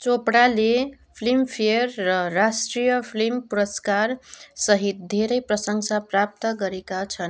चोपडाले Filmfare र राष्ट्रिय film पुरस्कार सहित धेरै प्रशंसा प्राप्त गरेका छन्